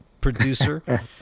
producer